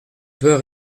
peur